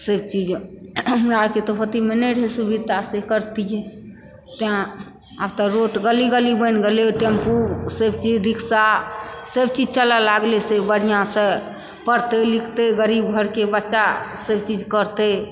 सभ चीज हमरा आर के होती मे तऽ नहि रहै सुवित्ता से करितियै तैं आब तऽ रोड गली गली बनि गेलै टेम्पू सभ चीज रिक्सा सभ चीज चलऽ लागलै से बढ़िऑंसँ पढ़तै लिखतै गरीब घर के बच्चा सभ चीज करतै